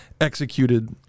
executed